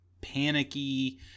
panicky